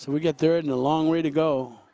so we get there in a long way to go